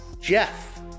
Jeff